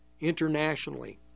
internationally